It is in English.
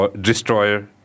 destroyer